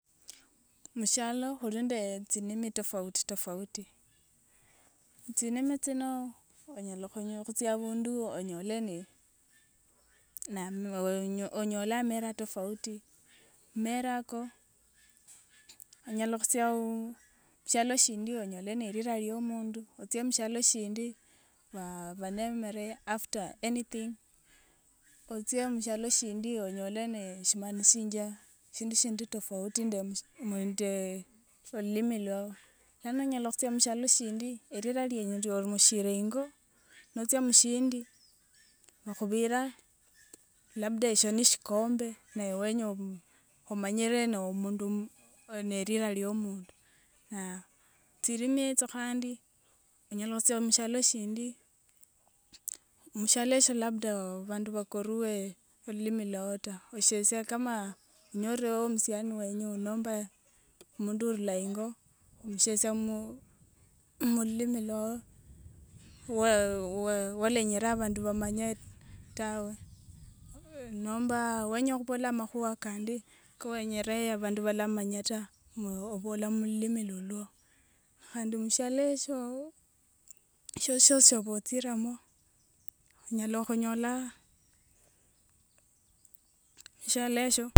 Mushialo khuli nde tsinimi tofauti tofauti, tsinimi tsino onyalakhunyo khutsia abundu onyole ni namu onyo- onyole amera tofauti, mera ako onyala khutsia uu mushialo shindi onyole nelila lio mundu otsie mushialo shindi baa banemere after anything, otsie mushialo shindi onyole ne shimanishingia shindu shindi tofauti ndemu ndee ululimi lwao. Lano onyala khutsia mushialo shindi elira lienyu liorumishire ingo notsia mushindi bakhubira labda eshio ni shikombe naye wenyu oo omanyire nomuundu nelila liomundu. tsilimi etsio khandi onyala khutsia mushialo shindi mushialo eshio labda bandu bakoruwe olulimi lwao ta, oshesia kama onyorewo musiani wenyu nomba muundu urula ingo omushesia mu, mululimi lwao wawe walenye abandu bamanye tawe, nomba wenya khubola amakhuwa kandi kawenyere abandu balamanya ta noo obole mululimi lulwo, khandi mushialo eshio shiosi shiosi shioba otsiremo onyala khunyola mushialo eshio.